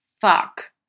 fuck